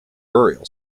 burial